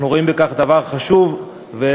אנחנו רואים בכך דבר חשוב ועקרוני.